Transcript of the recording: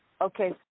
Okay